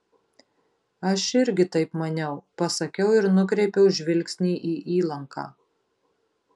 aš irgi taip maniau pasakiau ir nukreipiau žvilgsnį į įlanką